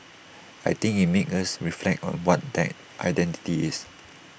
I think IT made us reflect on what that identity is